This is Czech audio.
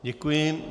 Děkuji.